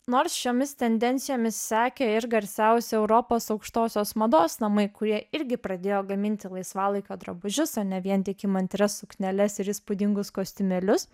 nors šiomis tendencijomis sakė ir garsiausi europos aukštosios mados namai kurie irgi pradėjo gaminti laisvalaikio drabužius o ne vien tik įmantrias sukneles ir įspūdingus kostiumėlius